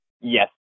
Yes